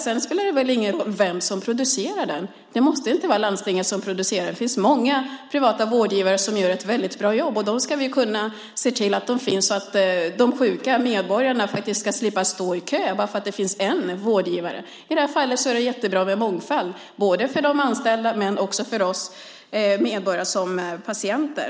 Det spelar väl ingen roll vem som producerar vården. Det måste inte vara landstinget. Det finns många privata vårdgivare som gör ett väldigt bra jobb. Vi ska se till att de finns så att de sjuka medborgarna slipper stå i kö för att det bara finns en vårdgivare. I det här fallet är det jättebra med mångfald, både för de anställda och för oss medborgare som patienter.